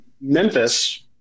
Memphis